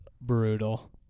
Brutal